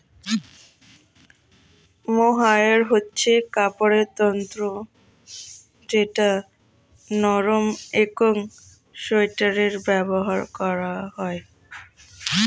mohair হচ্ছে কাপড়ের তন্তু যেটা নরম একং সোয়াটারে ব্যবহার করা হয়